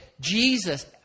Jesus